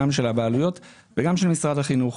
גם של הבעלויות וגם של משרד החינוך.